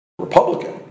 Republican